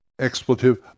Expletive